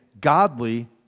godly